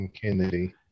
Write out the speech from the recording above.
kennedy